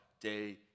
day